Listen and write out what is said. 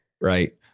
Right